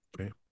Okay